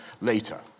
later